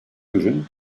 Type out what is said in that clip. ürün